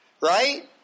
right